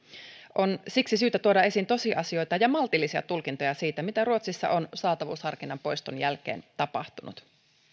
on siksi syytä tuoda esiin tosiasioita ja maltillisia tulkintoja siitä mitä ruotsissa on saatavuusharkinnan poiston jälkeen tapahtunut